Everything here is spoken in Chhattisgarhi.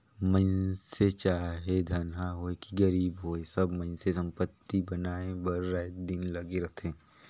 मइनसे चाहे धनहा होए कि गरीब होए सब मइनसे संपत्ति बनाए बर राएत दिन लगे रहथें